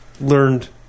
learned